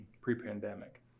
pre-pandemic